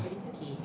ya sia